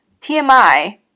TMI